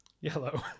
Yellow